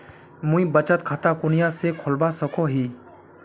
मुई बचत खता कुनियाँ से खोलवा सको ही?